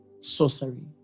sorcery